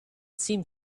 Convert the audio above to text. seemed